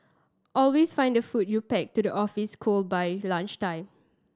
always find the food you pack to the office cold by lunchtime